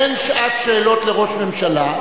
אין שעת שאלות לראש ממשלה,